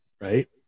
right